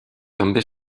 també